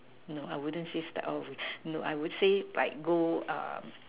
no I wouldn't say start all over again no I would say like go um